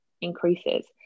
increases